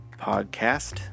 podcast